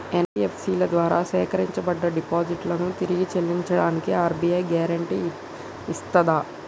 NBFC ల ద్వారా సేకరించబడ్డ డిపాజిట్లను తిరిగి చెల్లించడానికి ఆర్.బి.ఐ గ్యారెంటీ ఇస్తదా?